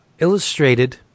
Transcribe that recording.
Illustrated